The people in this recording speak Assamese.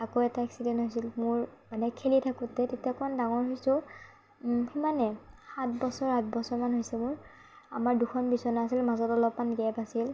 আকৌ এটা এক্সিডেণ্ট হৈছিল মোৰ মানে খেলি থাকোঁতে তেতিয়া অকণ ডাঙৰ হৈছোঁ সিমানে সাত বছৰ আঠ বছৰ মান হৈছে মোৰ আমাৰ দুখন বিছনা আছিল মাজত অলপমান গেপ আছিল